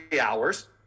hours